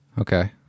Okay